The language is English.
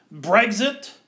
Brexit